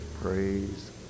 Praise